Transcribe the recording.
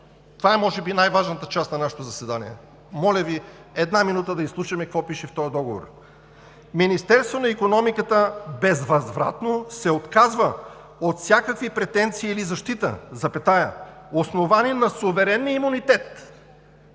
това е може би най-важната част на нашето заседание, моля Ви за една минута да изслушаме какво пише в този договор: „Министерството на икономиката безвъзвратно се отказва от всякакви претенции или защита, основани на суверенния имунитет